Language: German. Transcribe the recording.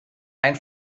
ein